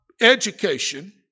education